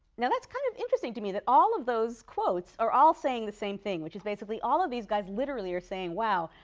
now that's kind of interesting to me, that all of those quotes are all saying the same thing, which is basically all of these guys literally are saying, wow.